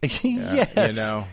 Yes